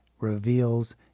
reveals